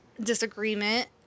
disagreement